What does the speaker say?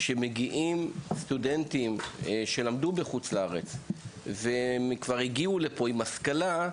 כשמגיעים סטודנטים שלמדו בחוץ לארץ וכבר הגיעו לפה עם השכלה,